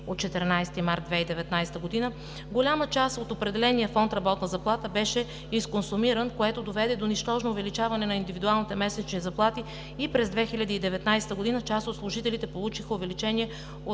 от 14 март 2019 г. голяма част от определения фонд „Работна заплата“ беше изконсумиран, което доведе до нищожно увеличаване на индивидуалните месечни заплати и през 2019 г. част от служителите получиха увеличение